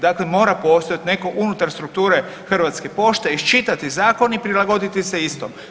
Dakle, mora postojati netko unutar strukture Hrvatske pošte, iščitati zakon i prilagoditi se istom.